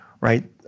right